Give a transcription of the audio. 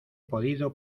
podido